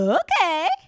okay